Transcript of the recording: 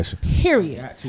Period